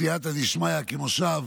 בסייעתא דשמיא, כמושב